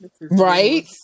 Right